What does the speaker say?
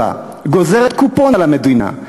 4. גוזרת קופון על המדינה,